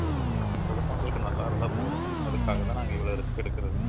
சரிங்க மேடம் பொதுமக்களுக்கு நல்லா இருந்தால் போதும் அதுக்காகதான் நாங்கள் இவ்வளோ ரிஸ்க் எடுக்கிறது